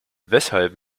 weshalb